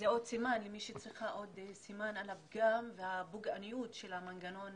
זה עוד סימן למי שצריך עוד סימן על הפגיעה והפוגענות של המנגנון